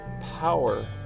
power